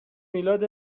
میلاد